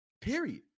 Period